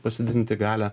pasididinti galią